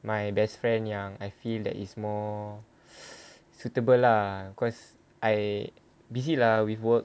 my best friend yang I feel that it's more suitable lah cause I busy lah with work